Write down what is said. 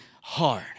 hard